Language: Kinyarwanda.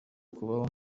kubaho